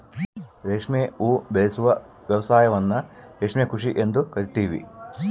ರೇಷ್ಮೆ ಉಬೆಳೆಸುವ ವ್ಯವಸಾಯವನ್ನ ರೇಷ್ಮೆ ಕೃಷಿ ಎಂದು ಕರಿತೀವಿ